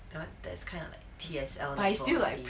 but that's kind of like T_S_L level